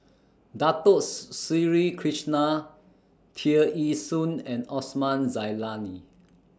Dato Sri Krishna Tear Ee Soon and Osman Zailani